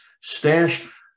stash